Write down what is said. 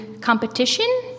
competition